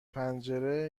پنجره